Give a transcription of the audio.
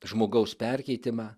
žmogaus perkeitimą